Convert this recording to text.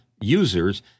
users